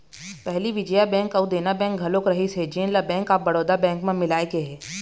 पहली विजया बेंक अउ देना बेंक घलोक रहिस हे जेन ल बेंक ऑफ बड़ौदा बेंक म मिलाय गे हे